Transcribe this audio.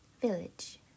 Village